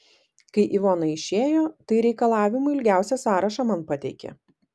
kai ivona išėjo tai reikalavimų ilgiausią sąrašą man pateikė